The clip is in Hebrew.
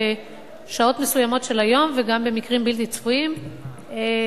שבשעות מסוימות של היום וגם במקרים בלתי צפויים הם מפוקקים,